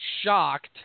shocked